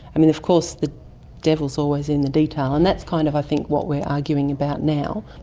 i mean of course the devil's always in the detail. and that's kind of i think what we're arguing about now.